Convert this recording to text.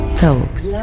talks